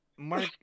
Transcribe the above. Mark